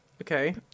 okay